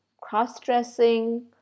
cross-dressing